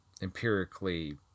empirically